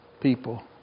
people